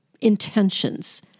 intentions